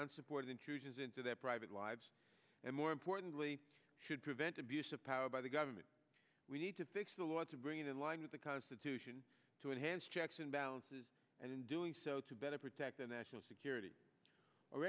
unsupported intrusions into their private lives and more importantly should prevent abuse of power by the government we need to fix the law to bring in line with the constitution to enhance checks and balances and in doing so to better protect the national security